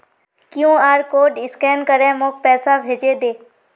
QR code scan करे मोक पैसा भेजे दे